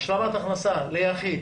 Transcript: שהשלמת הכנסה ליחיד